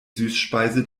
süßspeise